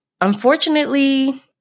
unfortunately